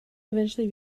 eventually